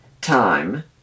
time